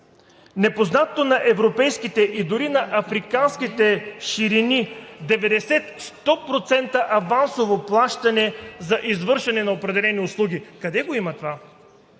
Непознатото на европейските и дори на африканските ширини 90 – 100% авансово плащане за извършване на определени услуги – къде го има това?!